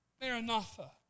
Maranatha